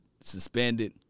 suspended